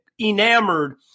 enamored